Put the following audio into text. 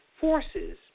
forces